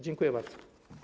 Dziękuję bardzo.